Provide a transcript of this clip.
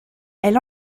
elle